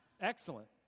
excellent